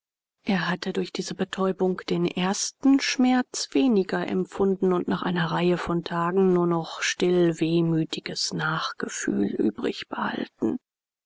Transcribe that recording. er hatte durch diese betäubung den ersten schmerz weniger empfunden und nach einer reihe von tagen nur noch stillwehmütiges nachgefühl übrig behalten